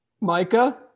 Micah